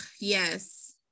yes